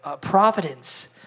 providence